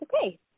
okay